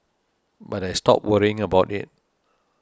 but I stopped worrying about it